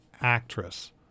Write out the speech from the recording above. actress